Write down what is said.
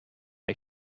ich